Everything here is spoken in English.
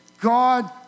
God